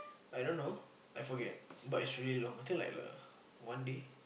I don't know I forget but it's really long I think like like one day